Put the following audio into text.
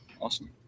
Awesome